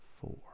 four